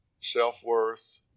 self-worth